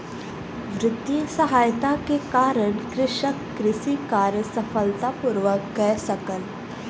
वित्तीय सहायता के कारण कृषक कृषि कार्य सफलता पूर्वक कय सकल